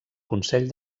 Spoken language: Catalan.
consell